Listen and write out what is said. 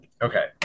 Okay